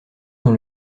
dans